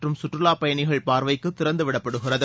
மற்றும் சுற்றுலாப் பயணிகள் பார்வைக்கு திறந்து விடப்படுகிறது